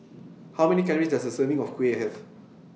How Many Calories Does A Serving of Kuih Have